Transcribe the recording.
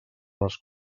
les